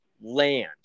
land